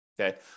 Okay